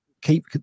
keep